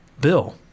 bill